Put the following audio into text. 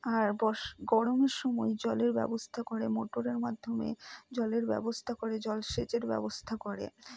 আর বরষ গরমের সময় জলের ব্যবস্থা করে মোটরের মাধ্যমে জলের ব্যবস্থা করে জল সেচের ব্যবস্থা করে